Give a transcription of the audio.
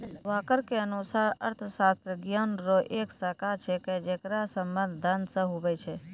walker के अनुसार अर्थशास्त्र ज्ञान रो एक शाखा छिकै जेकर संबंध धन से हुवै छै